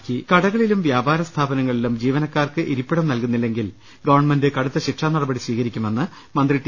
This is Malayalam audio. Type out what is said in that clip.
്്്്്്് കടകളിലും വ്യാപാര സ്ഥാപനങ്ങളിലും ജീവനക്കാർക്ക് ഇരിപ്പിടം നൽകുന്നില്ലെങ്കിൽ ഗവൺമെന്റ് കടുത്ത ശിക്ഷാനടപടി സ്വീകരിക്കുമെന്ന് മന്ത്രി ടി